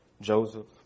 Joseph